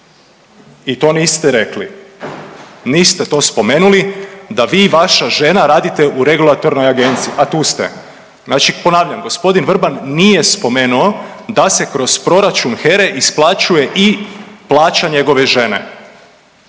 i to niste rekli, niste to spomenuli, da vi i vaša žena radite u regulatornoj agenciji, a tu ste. Znači ponavljam, g. Vrban nije spomenuo da se kroz proračun HERA-e isplaćuje i plaća njegove žene,